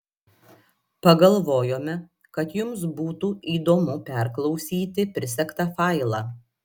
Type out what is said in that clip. pagalvojome kad jums būtų įdomu perklausyti prisegtą failą